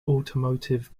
automotive